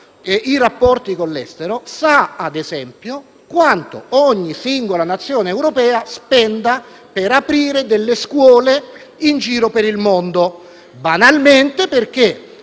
i rapporti con l'estero sa, ad esempio, quanto ogni singola Nazione europea spenda per aprire scuole in giro per il mondo. Infatti, chi